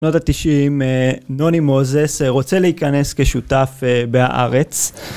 שנות התשעים, נוני מוזס רוצה להיכנס כשותף בהארץ.